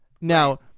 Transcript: Now